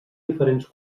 diferents